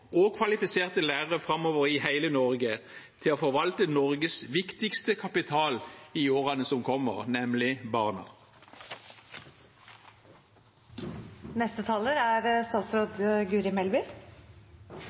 og kvalifiserte lærere i hele Norge til å forvalte Norges viktigste kapital i årene som kommer, nemlig